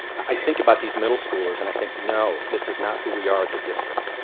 i think about these middle schoolers and i think no, this is not who we are as a district.